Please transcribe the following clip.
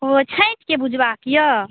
ओ छठिके बुझबाके यऽ